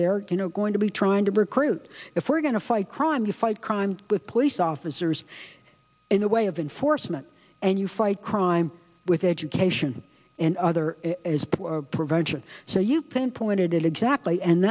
there you know going to be trying to recruit if we're going to fight crime to fight crime with police officers in the way of enforcement and you fight crime with education and other prevention so you pinpointed